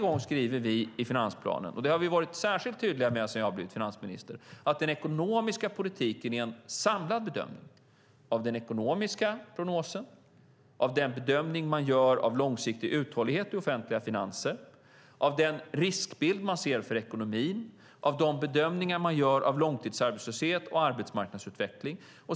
Vi skriver varje gång i finansplanen, och det har vi varit särskilt tydliga med sedan jag blev finansminister, att den ekonomiska politiken är en samlad bedömning av den ekonomiska prognosen, av den bedömning man gör av långsiktig uthållighet i offentliga finanser, av den riskbild man ser för ekonomin och av de bedömningar man gör av långtidsarbetslöshet och arbetsmarknadsutveckling.